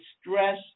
stress